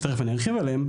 שתכף אני ארחיב עליהן,